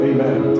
Amen